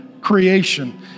creation